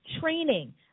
training